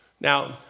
Now